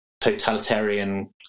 totalitarian